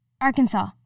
Arkansas